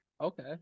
Okay